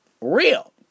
real